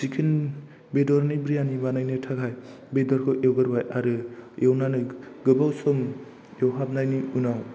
chicken बेदरनि बिरियानि बानायनो थाखाय बेदरखौ एवग्रोबाय आरो एवनानै गोबाव सम एवहाबनायनि उनाव